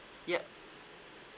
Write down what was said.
yup